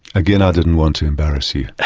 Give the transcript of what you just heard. again, i didn't want to embarrass you.